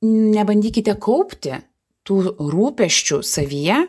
nebandykite kaupti tų rūpesčių savyje